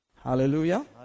Hallelujah